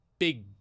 big